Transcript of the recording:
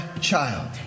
child